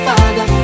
Father